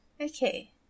Okay